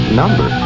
number